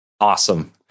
Awesome